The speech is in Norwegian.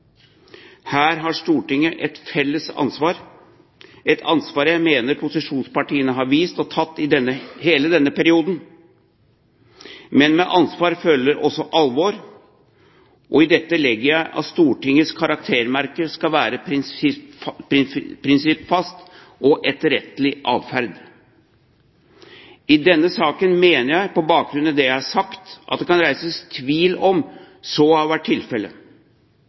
Her har Stortinget et felles ansvar – et ansvar jeg mener posisjonspartiene har vist og tatt i hele denne perioden. Men med ansvar følger også alvor. I dette legger jeg at Stortingets karaktermerke skal være prinsippfast og etterrettelig atferd. I denne saken mener jeg, på bakgrunn av det jeg har sagt, at det kan reises tvil om så har vært